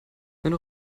wenn